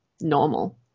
normal